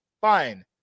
Fine